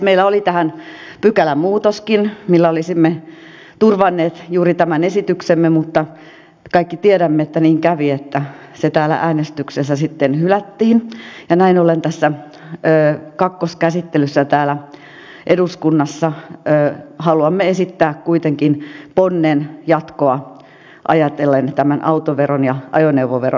meillä oli tähän pykälämuutoskin millä olisimme turvanneet juuri tämän esityksemme mutta kaikki tiedämme että niin kävi että se täällä äänestyksessä sitten hylättiin ja näin ollen tässä kakkoskäsittelyssä täällä eduskunnassa haluamme esittää kuitenkin jatkoa ajatellen ponnen tämän autoveron ja ajoneuvoveron suhteen